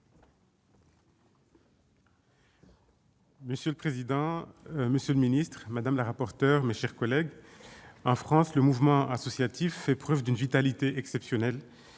Monsieur le président, monsieur le secrétaire d'État, mes chers collègues, en France, le Mouvement associatif fait preuve d'une vitalité exceptionnelle.